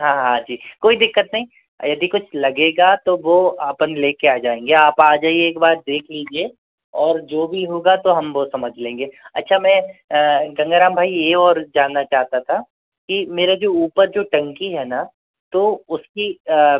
हाँ हाँ हाँ जी कोई दिक्कत नहीं यदि कुछ लगेगा तो वह अपन लेकर आ जाएंगे आप आ जाइए एक बार देख लीजिए और जो भी होगा तो हम वह समझ लेंगे अच्छा मैं गंगा राम भाई यह और जानना चाहता था कि मेरा जो ऊपर जो टंकी है ना तो उसकी